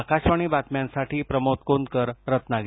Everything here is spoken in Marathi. आकाशवाणी बातम्यांसाठी प्रमोद कोनकर रत्नागिरी